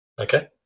Okay